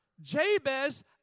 Jabez